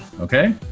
Okay